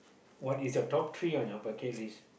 what is your top three on your bucket list